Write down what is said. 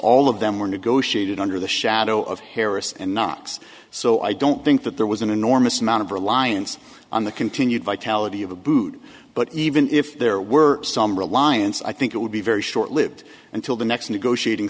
all of them were negotiated under the shadow of harris and knox so i don't think that there was an enormous amount of reliance on the continued vitality of abood but even if there were some reliance i think it would be very short lived until the next negotiating